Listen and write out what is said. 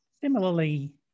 Similarly